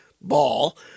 ball